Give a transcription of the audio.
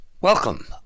Welcome